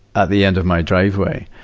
at the end of my driveway.